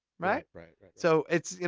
right, right right. so, it's, you